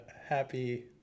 happy